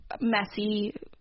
messy